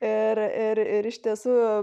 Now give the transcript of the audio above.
ir ir ir iš tiesų